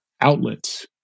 outlets